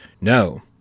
no